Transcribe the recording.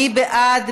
מי בעד?